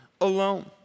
alone